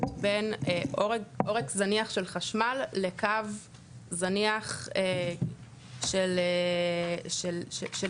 בין עורק זניח של חשמל לקו זניח של ביוב.